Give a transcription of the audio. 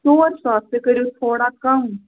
ژور ساس تُہۍ کٔرِو تھوڑا کَم